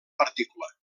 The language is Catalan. partícula